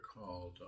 called